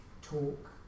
talk